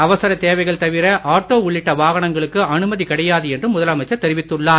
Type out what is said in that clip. அவசர தேவைகள் தவிர ஆட்டோ உள்ளிட்ட வாகனங்களுக்கு அனுமதி கிடையாது என்றும் முதலமைச்சர் தெரிவித்துள்ளார்